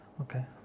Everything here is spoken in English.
Okay